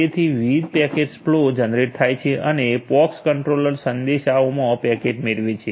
તેથી વિવિધ packet flow generate થાય છે અને પોક્સ કંટ્રોલર સંદેશાઓમાં પેકેટ મેળવે છે